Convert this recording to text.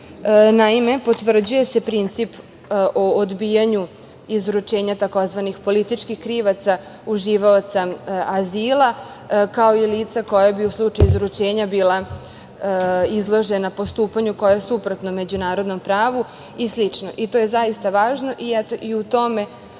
Naime, potvrđuje se princip o odbijanju izručenja tzv. političkih krivaca, uživaoca azila, kao i lica koje bi u slučaju izručenja bila izložena postupanju koje je suprotno međunarodnom pravu i slično i to je zaista važno i u tome